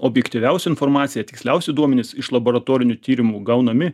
objektyviausia informacija tiksliausi duomenys iš laboratorinių tyrimų gaunami